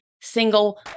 single